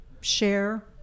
share